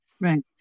Right